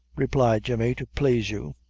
replied jemmy, to plaise you,